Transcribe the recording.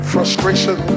Frustration